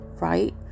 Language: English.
right